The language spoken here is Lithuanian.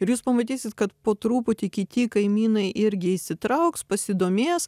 ir jūs pamatysit kad po truputį kiti kaimynai irgi įsitrauks pasidomės